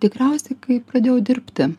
tikriausiai kai pradėjau dirbti